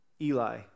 Eli